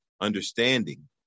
understanding